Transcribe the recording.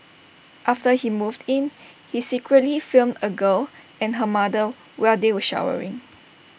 after he moved in he secretly filmed A girl and her mother while they were showering